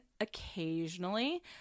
occasionally